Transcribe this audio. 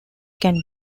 can